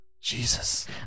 Jesus